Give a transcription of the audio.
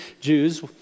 Jews